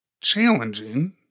challenging